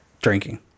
drinking